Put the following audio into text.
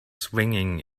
swinging